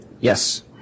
Yes